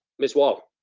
miss wall?